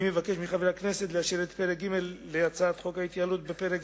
אני מבקש מחברי הכנסת לאשר את פרק ג' להצעת חוק ההתייעלות בקריאה